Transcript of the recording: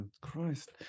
Christ